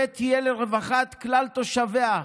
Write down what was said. ותהיה לרווחת כלל תושביה.